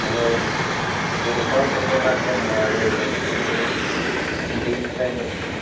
आरो बड'फा उपेन्द्र नाथ ब्रह्मआ जाहैबाय सासे उन्दैनिफ्रायनो